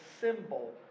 symbol